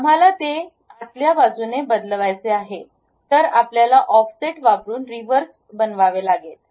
आम्हाला ते आतल्या बाजूने बदलव्हायचे आहे तर आपल्याला ऑफसेट वापरून रिव्हर्स बनवावे लागेल